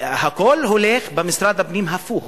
הכול הולך במשרד הפנים הפוך